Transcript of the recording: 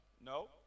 no